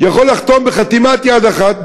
יכול בחתימת יד אחת,